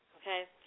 okay